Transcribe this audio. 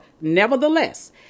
Nevertheless